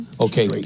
Okay